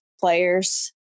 players